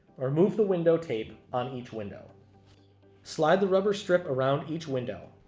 or remove the window tape on each window slide the rubber strip around each window